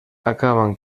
acaban